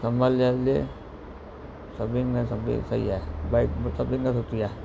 संभाले हलिजे सभिनि में सभी सही आहे बाइक सभिनि खां सुठी आहे